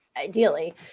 Ideally